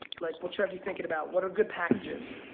like what should i be thinking about? what are good packages?